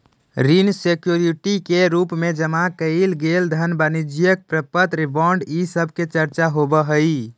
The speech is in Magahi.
ऋण सिक्योरिटी के रूप में जमा कैइल गेल धन वाणिज्यिक प्रपत्र बॉन्ड इ सब के चर्चा होवऽ हई